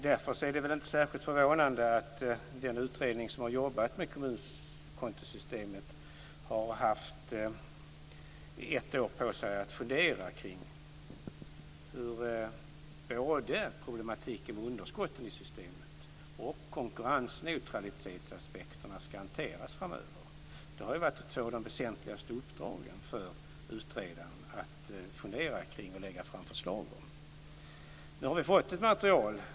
Därför är det inte särskilt förvånande att den utredning som har jobbat med kommunkontosystemet har haft ett år på sig att fundera kring hur både problematiken med underskotten i systemet och konkurrensneutralitetsaspekterna ska hanteras framöver. Det har varit två av de väsentligaste uppdragen för utredaren att fundera kring och lägga fram förslag om. Nu har vi fått ett material.